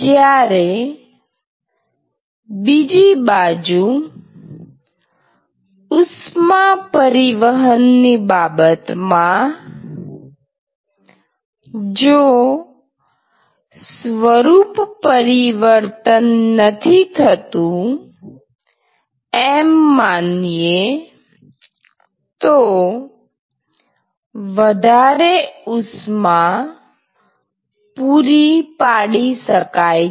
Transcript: જ્યારે બીજી બાજુ ઉષ્મા પરિવહનની બાબતમાં જો સ્વરૂપ પરિવર્તન નથી થતું એમ માનીએ તો વધારે ઉષ્મા પૂરી પાડી શકાય છે